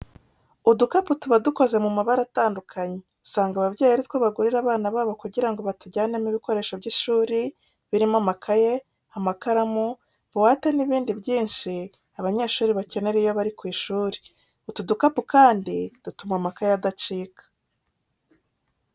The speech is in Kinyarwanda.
Udukapu tuba dukoze mu mabara atandukanye usanga ababyeyi ari two bagurira abana babo kugira ngo batujyanemo ibikoresho by'ishuri birimo amakayi, amakaramu, buwate n'ibindi byinshi abanyeshuri bakenera iyo bari ku ishuri. Utu dukapu kandi dutuma amakayi adacika.